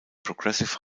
progressive